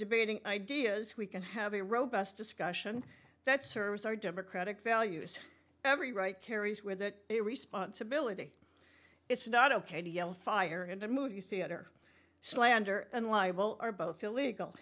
debating ideas we can have a robust discussion that serves our democratic values every right carries with it a responsibility it's not ok to yell fire in a movie theater slander